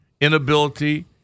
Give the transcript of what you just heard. inability